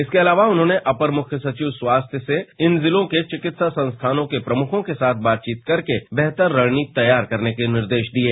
इसके अलावा उन्होंने अपर मुख्य सचिव स्वास्थ्य से इन जिलों के विकित्सा संस्थानों के प्रमुखों के साथ बातचीत करके बेहतर रणनीति तैयार करने के निर्देश दिये